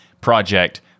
project